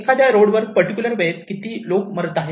एखाद्या रोडवर पर्टिक्युलर वेळेत किती लोक मरत आहेत